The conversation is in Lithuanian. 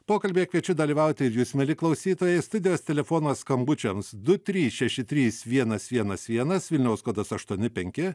pokalbyje kviečiu dalyvauti ir jūs mieli klausytojai studijos telefonas skambučiams du trys šeši trys vienas vienas vienas vilniaus kodas aštuoni penki